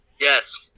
Yes